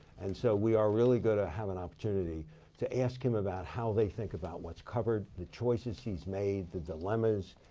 and so we are really going to have an opportunity to ask him about how they think about what's covered, the choices he's made, the dilemmas,